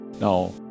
Now